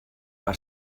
per